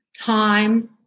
time